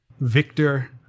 Victor